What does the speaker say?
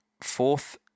Fourth